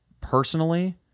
personally